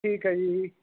ਠੀਕ ਹੈ ਜੀ